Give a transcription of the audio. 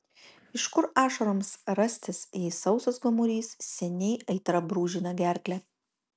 iš kur ašaroms rastis jei sausas gomurys seniai aitra brūžina gerklę